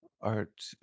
art